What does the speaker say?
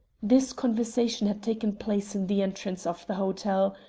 this conversation had taken place in the entrance of the hotel,